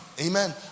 Amen